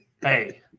Hey